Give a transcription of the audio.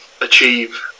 achieve